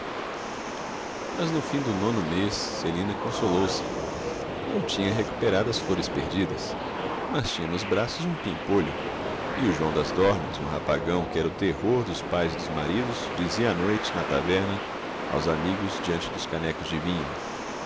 mas no fim do nono mês celina consolou se não tinha recuperado as flores perdidas mas tinha nos braços um pimpolho e o joão das dornas um rapagão que era o terror dos pais e dos maridos dizia à noite na taverna aos amigos diante dos canecos de vinho